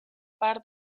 par